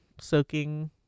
soaking